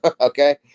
okay